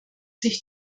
sich